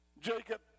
Jacob